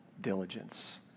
diligence